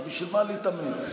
אז בשביל מה להתאמץ?